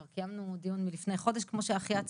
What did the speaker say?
גם קיימנו דיון מלפני חודש כמו שאחיה ציין.